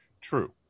True